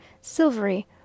silvery